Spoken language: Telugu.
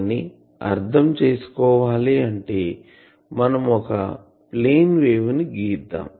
కానీ అర్ధం చేసుకోవాలి అంటే మనం ఒక ప్లేన్ వేవ్ ని గీద్దాం